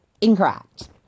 Incorrect